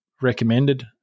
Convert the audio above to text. recommended